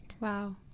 Wow